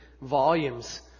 volumes